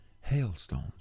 hailstones